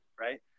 right